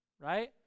right